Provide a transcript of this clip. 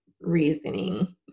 reasoning